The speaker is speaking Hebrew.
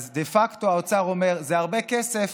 אז דה פקטו האוצר אומר: זה הרבה כסף,